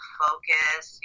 focus